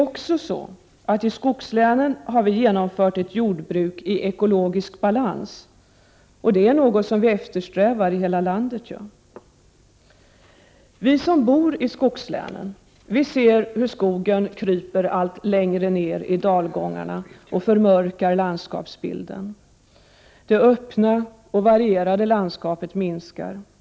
I skogslänen har vi också genomfört ett jordbruk i ekologisk balans. Det är något som eftersträvas i hela landet. Vi som bor i skogslänen ser hur skogen kryper allt längre ner i dalgångarna och förmörkar landskapsbilden. Det öppna och varierade landskapet minskar till ytan.